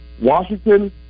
Washington